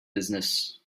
business